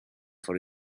for